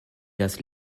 das